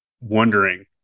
wondering